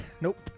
Nope